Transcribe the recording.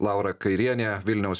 laura kairienė vilniaus